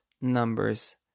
numbers